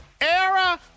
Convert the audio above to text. Era